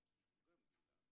שזו גם גמלה,